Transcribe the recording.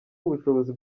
ubushobozi